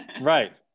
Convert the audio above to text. Right